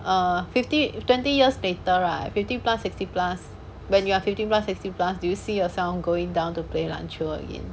err fifty twenty years later right fifty plus sixty plus when you are fifty plus sixty plus do you see yourself going down to play 篮球 again